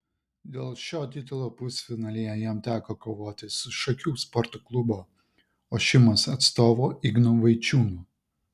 dėl šio titulo pusfinalyje jam teko kovoti su šakių sporto klubo ošimas atstovu ignu vaičiūnu